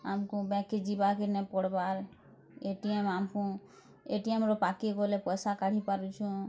ଆମକୁ ବ୍ୟାଙ୍କ୍ କେ ଯିବା କେ ନାଇ ପଡ଼ବାର୍ ଏ ଟି ଏମ୍ ଆମକୁ ଏଟିଏମ୍ର ପାକେ ଗଲେ ପଇସା କାଢ଼ି ପାରୁସୁଁ